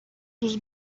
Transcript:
dos